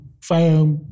fire